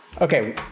okay